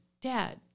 Dad